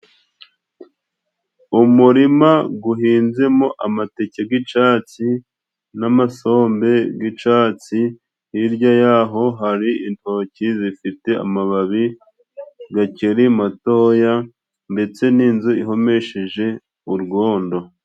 Umurima guhinzemo amateke g'icatsi n'amasombe g'icatsi, hirya y'aho hari intoki zifite amababi gakiri matoya ndetse n'inzu ihomesheje urwondo.